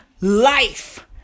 life